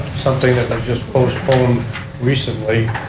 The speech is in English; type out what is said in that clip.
something that just postponed recently